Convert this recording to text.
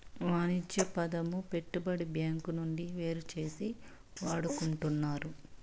వాణిజ్య పదము పెట్టుబడి బ్యాంకు నుండి వేరుచేసి వాడుకుంటున్నారు